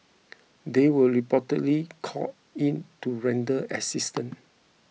they were reportedly called in to render assistance